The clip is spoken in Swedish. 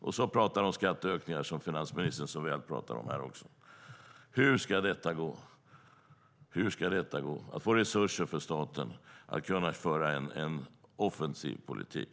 Och så pratar de om skatteökningar, som finansministern pratar väl om här också. Hur ska detta gå? Man måste ju få resurser till staten för att kunna föra en offensiv politik.